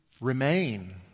remain